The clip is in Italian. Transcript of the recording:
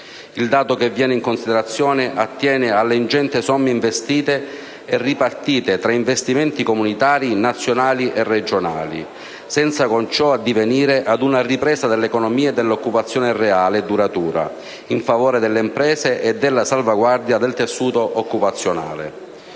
Il dato che viene in considerazione attiene alle ingenti somme investite e ripartite tra investimenti comunitari, nazionali e regionali, senza con ciò addivenire ad una ripresa dell'economia e dell'occupazione reale e duratura in favore delle imprese e a salvaguardia del tessuto occupazionale.